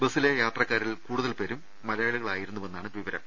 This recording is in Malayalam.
ബസിലെ യാത്രക്കാരിൽ കൂടുതൽ പേരും മലയാളികളായിരു ന്നു വെ ന്നാണ് വിവ രം